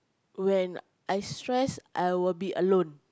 when I stress I will be alone